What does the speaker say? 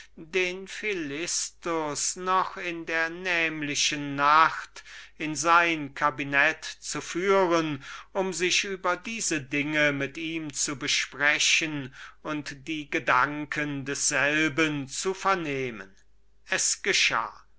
den philistus noch in dieser nacht in sein cabinet zu führen um sich über diese dinge besprechen und die gedanken desselben vernehmen zu können es geschah